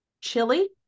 Chili